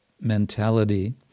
mentality